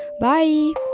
bye